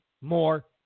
more